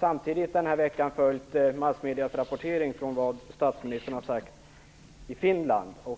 Samtidigt har jag den här veckan följt massmediernas rapportering av vad statsministern sagt i Finland.